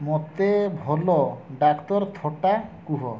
ମୋତେ ଭଲ ଡାକ୍ତର ଥଟ୍ଟା କୁହ